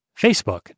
Facebook